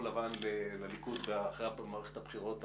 לבן לליכוד אחרי מערכת הבחירות השניה,